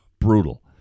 brutal